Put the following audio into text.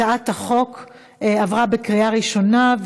התשע"ט 2018,